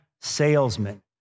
salesmen